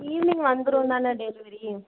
evening வந்துடுந்தானே delivery